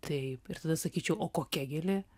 taip ir tada sakyčiau o kokia gėlė